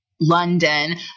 London